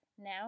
now